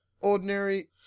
ordinary